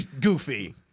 Goofy